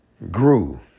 grew